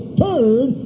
turn